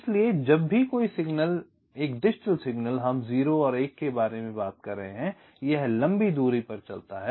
इसलिए जब भी कोई सिग्नल एक डिजिटल सिग्नल हम 0 1 के बारे में बात कर रहे हैं यह लंबी दूरी पर चलता है